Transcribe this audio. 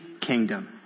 kingdom